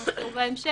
כמו שתראו בהמשך,